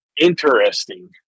Interesting